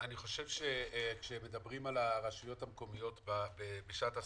כאשר מדברים על הרשויות המקומיות בשעת הסגר,